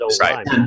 Right